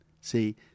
See